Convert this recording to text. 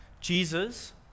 Jesus